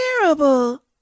terrible